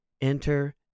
Enter